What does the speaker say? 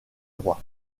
droit